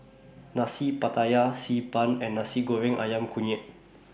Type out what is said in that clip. Nasi Pattaya Xi Ban and Nasi Goreng Ayam Kunyit